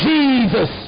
Jesus